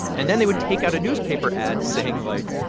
and then they would take out a newspaper ad saying like,